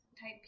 type